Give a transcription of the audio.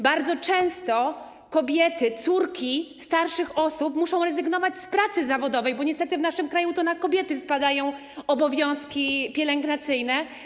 Bardzo często kobiety, córki starszych osób muszą z tego powodu rezygnować z pracy zawodowej, bo niestety w naszym kraju to na kobiety spadają obowiązki pielęgnacyjne.